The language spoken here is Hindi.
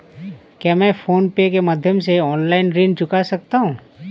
क्या मैं फोन पे के माध्यम से ऑनलाइन ऋण चुका सकता हूँ?